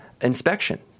inspection